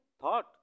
thought